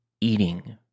eating